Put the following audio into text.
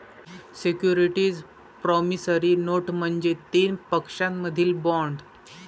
securities promissory note म्हणजे तीन पक्षांमधील बॉण्ड